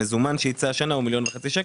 המזומן שייצא השנה הוא 1.5 מיליון ש"ח.